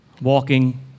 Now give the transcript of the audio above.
walking